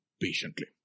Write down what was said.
Patiently